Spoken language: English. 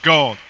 God